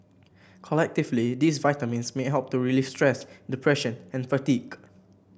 collectively these vitamins may help to relieve stress depression and fatigue